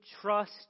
trust